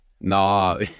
No